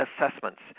assessments